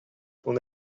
ton